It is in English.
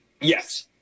yes